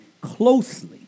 closely